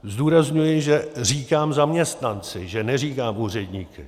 Zdůrazňuji, že říkám zaměstnanci, že neříkám úředníky.